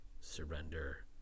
Surrender